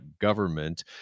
government